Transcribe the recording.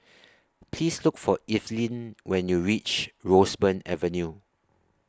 Please Look For Eveline when YOU REACH Roseburn Avenue